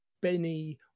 Benny